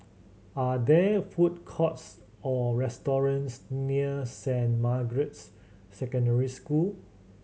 are there food courts or restaurants near Saint Margaret's Secondary School